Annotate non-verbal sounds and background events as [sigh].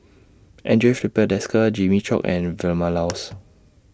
Andre Filipe Desker Jimmy Chok and Vilma Laus [noise]